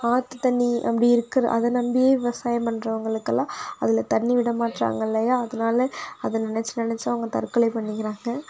ஆற்றுத்தண்ணி அப்படி இருக்குது அதை நம்பியே விவசாயம் பண்ணுறவுங்களுக்குளாம் அதில் தண்ணி விடமாற்றங்கல்லையா அதனால் அதை நினச்சு நினச்சு அவங்க தற்கொலை பண்ணிக்கிறாங்க